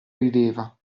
rideva